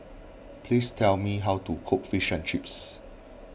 please tell me how to cook Fish and Chips